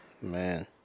Man